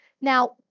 now